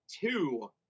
two